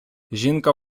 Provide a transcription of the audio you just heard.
жінка